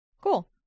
Cool